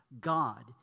God